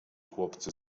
chłopcy